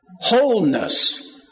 Wholeness